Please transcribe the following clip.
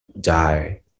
die